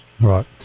Right